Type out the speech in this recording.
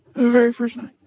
very first night